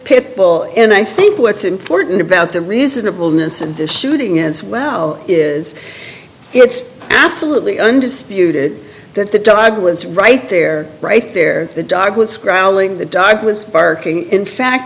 pit bull and i think what's important about the reasonableness and the shooting as well is it's absolutely undisputed that the dog was right there right there the dog was crowding the dive was barking in fact